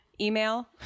email